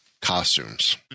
costumes